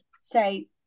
say